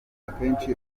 akenshi